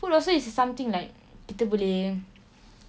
food also is something like kita boleh